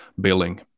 billing